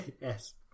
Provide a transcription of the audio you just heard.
Yes